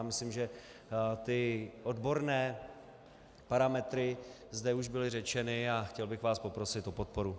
Myslím, že ty odborné parametry zde už byly řečeny, a chtěl bych vás poprosit o podporu.